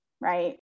right